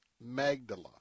Magdala